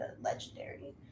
legendary